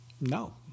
no